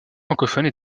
francophones